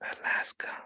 Alaska